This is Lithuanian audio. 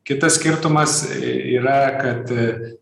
kitas skirtumas yra kad